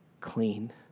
clean